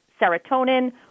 serotonin